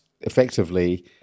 effectively